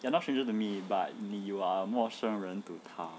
you are not stranger to me but 你 you are a 陌生人 to 她